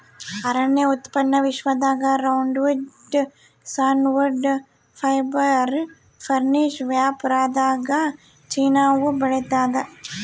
ಅರಣ್ಯ ಉತ್ಪನ್ನ ವಿಶ್ವದಾಗ ರೌಂಡ್ವುಡ್ ಸಾನ್ವುಡ್ ಫೈಬರ್ ಫರ್ನಿಶ್ ವ್ಯಾಪಾರದಾಗಚೀನಾವು ಬೆಳಿತಾದ